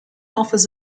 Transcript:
offers